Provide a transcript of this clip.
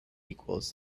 equals